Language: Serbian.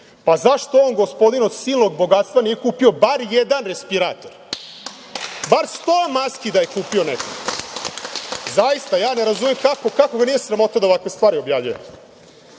Zašto on gospodin od silnog bogatstva nije kupio bar jedan respirator, bar sto maski da je kupio nekome. Ne razumem kako ga nije sramota da ovakve stvari objavljuje. Druga